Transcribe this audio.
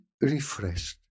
refreshed